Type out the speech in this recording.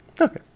okay